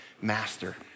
master